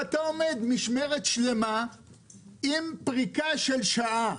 ואתה עומד משמרת שלמה עם פריקה של שעה.